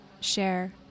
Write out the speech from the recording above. share